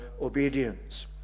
obedience